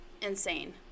insane